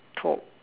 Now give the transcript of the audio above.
top